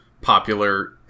popular